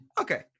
Okay